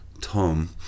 Tom